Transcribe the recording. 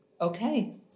Okay